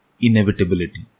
inevitability